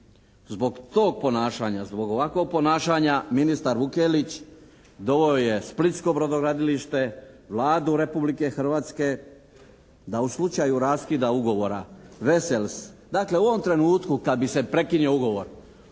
Zbog tog ponašanja, zbog ovakvog ponašanja ministar Vukelić doveo je splitsko brodogradilište, Vladu Republike Hrvatske da u slučaju raskida ugovora Vesels, dakle u ovom trenutku kada bi se prekinuo ugovor